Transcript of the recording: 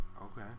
Okay